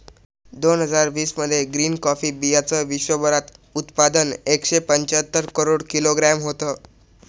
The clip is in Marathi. दोन हजार वीस मध्ये ग्रीन कॉफी बीयांचं विश्वभरात उत्पादन एकशे पंच्याहत्तर करोड किलोग्रॅम होतं